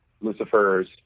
Lucifer's